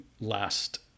last